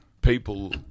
people